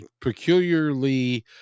peculiarly